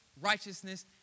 righteousness